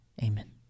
amen